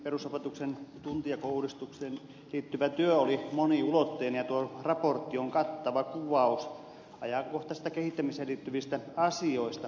perusopetuksen tuntijakouudistukseen liittyvä työ oli moniulotteinen ja tuo raportti on kattava kuvaus ajankohtaisista kehittämiseen liittyvistä asioista